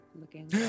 looking